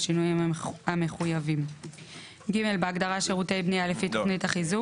בשינויים המחויבים,"; (ג)בהגדרה "שירותי בניה לפי תוכנית החיזוק",